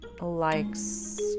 likes